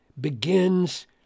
begins